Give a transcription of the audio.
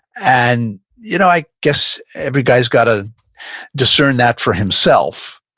and you know i guess every guy's got to discern that for himself.